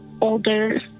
older